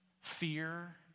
fear